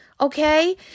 Okay